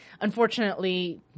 Unfortunately